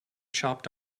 chopped